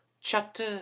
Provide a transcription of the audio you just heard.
Chapter